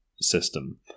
system